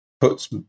puts